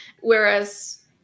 Whereas